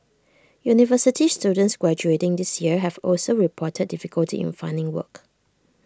university students graduating this year have also reported difficulty in finding work